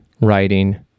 writing